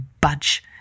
budge